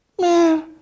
man